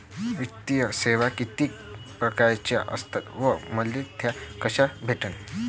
वित्तीय सेवा कितीक परकारच्या असतात व मले त्या कशा भेटन?